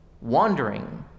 wandering